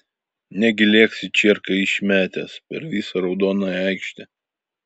negi lėksi čierką išmetęs per visą raudonąją aikštę